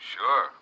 Sure